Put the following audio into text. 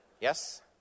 Yes